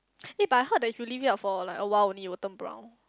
eh but I heard that if you leave it out for like a while only it will turn brown